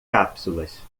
cápsulas